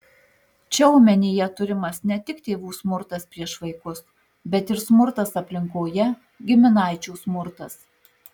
čia omenyje turimas ne tik tėvų smurtas prieš vaikus bet ir smurtas aplinkoje giminaičių smurtas